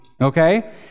Okay